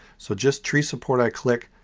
so just tree support i click.